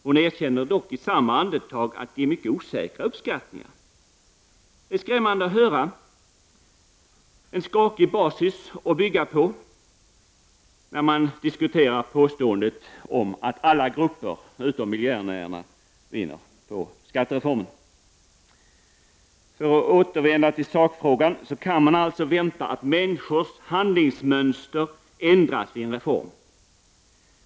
Hon erkände dock i samma andetag att det är mycket osäkra uppskattningar. Det är skrämmande att höra. Det är en skakig basis att bygga på, när man diskuterar påståendet att alla grupper utom miljonärerna vinner på skattereformen. Det kan alltså förväntas att människors handlingsmönster ändras vid en reform.